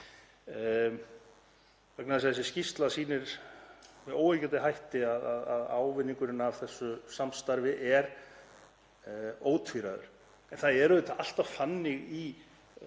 gæti verið. Þessi skýrsla sýnir með óyggjandi hætti að ávinningurinn af þessu samstarfi er ótvíræður. En það er auðvitað alltaf þannig í